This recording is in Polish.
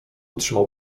trzymał